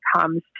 comes